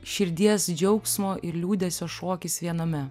širdies džiaugsmo ir liūdesio šokis viename